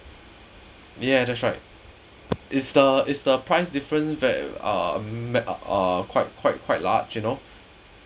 yeah that's right is the is the price difference where uh met uh quite quite quite large you know